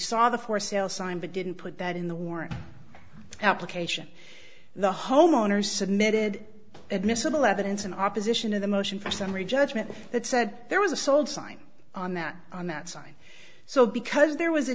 saw the for sale sign but didn't put that in the war application the homeowners submitted admissible evidence in opposition to the motion for summary judgment that said there was a sold sign on that on that sign so because there was a